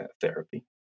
therapy